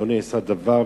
לא נעשה דבר.